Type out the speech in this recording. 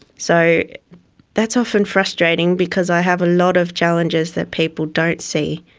so that's often frustrating because i have a lot of challenges that people don't see.